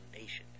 nation